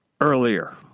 earlier